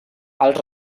als